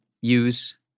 use